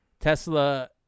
Tesla